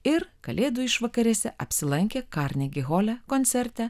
ir kalėdų išvakarėse apsilankė karnegi hole koncerte